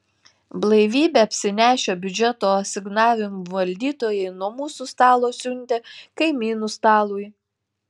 blaivybe apsinešę biudžeto asignavimų valdytojai nuo mūsų stalo siuntė kaimynų stalui